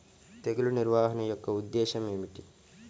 తెగులు నిర్వహణ యొక్క ఉద్దేశం ఏమిటి?